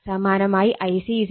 സമാനമായി Ic Ia angle 120o